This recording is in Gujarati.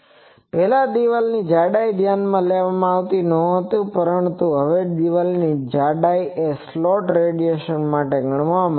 પહેલાં દિવાલની જાડાઈ ધ્યાનમાં લેવામાં આવતી નહોતી પરંતુ હવે દિવાલની જાડાઈ એ સ્લોટ રેડિયેશન માટે ગણવામાં આવે છે